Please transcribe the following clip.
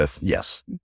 Yes